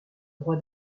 roi